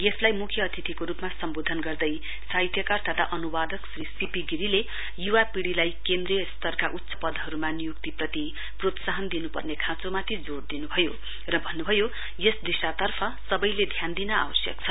यसलाई मुख्य अतिथिको रूपमा सम्वोधन गर्दै साहित्यकार तथा अनुवादक श्री सी पी गिरीले युवा पिढ़ीलाई केन्द्रीय स्तरका उच्च पदहरूमा नियुक्तिप्रति प्रोत्साहन दिनुपर्ने खाँचौमाथि जोड़ दिनुभयो र भन्नभयो यस दिशातर्फ सबैले ध्यान दिन आवश्यक छ